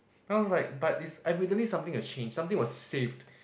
then I was like but it's evidently something has changed something was saved